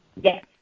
Yes